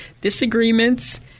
disagreements